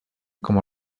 como